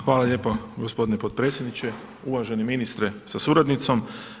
Hvala lijepo gospodine potpredsjedniče, uvaženi ministre sa suradnicom.